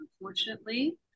unfortunately